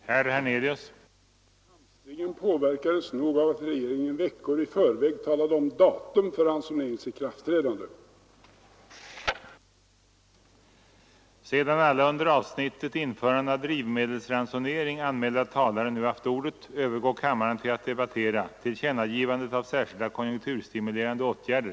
a : Herr talman! Hamstringen påverkades nog av att regeringen veckor i Tillkännagivandet förväg talade om datum för ransoneringens ikraftträdande. av särskilda konjunkturstimulerande åtgärder